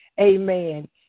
amen